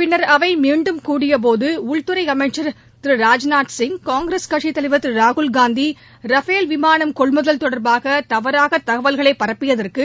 பின்னர் மீண்டும் கூடிய போது உள்துறை அமைச்சர் அவை திரு ராஜ்நாத்சிங் காங்கிரஸ் கட்சித் தலைவர் திரு ராகுல்காந்தி ரஃபல் விமானம் கொள்முதல் தொடர்பாக தவறாக தகவல்களைப் பரப்பியதற்கு